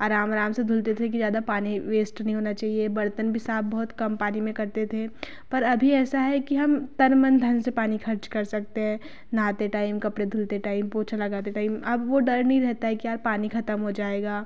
आराम आराम से धूलते थे कि ज़्यादा पानी वेस्ट नहीं होना चाहिए बर्तन भी साफ बहुत कम पानी में करते थे पर अभी ऐसा है कि हम तन मन धन से पानी खर्च कर सकते हैं नहाते टाइम कपड़े धुलते टाइम पोछा लगाते टाइम अब वो डर नहीं रहता है कि यार पानी खत्म हो जाएगा